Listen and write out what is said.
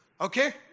Okay